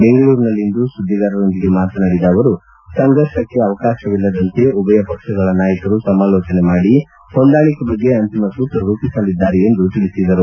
ಬೆಂಗಳೂರಿನಲ್ಲಿಂದು ಸುದ್ದಿಗಾರರೊಂದಿಗೆ ಮಾತನಾಡಿದ ಅವರು ಸಂಘರ್ಷಕ್ಕೆ ಅವಕಾಶವಿಲ್ಲದಂತೆ ಉಭಯ ಪಕ್ಷಗಳ ನಾಯಕರು ಸಮಾಲೋಚನೆ ಮಾಡಿ ಹೊಂದಾಣಿಕೆ ಬಗ್ಗೆ ಅಂತಿಮ ಸೂತ್ರ ರೂಪಿಸಲಿದ್ದಾರೆ ಎಂದು ಅವರು ಹೇಳಿದರು